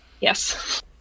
yes